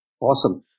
Awesome